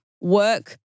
work